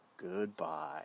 Goodbye